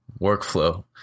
workflow